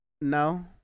no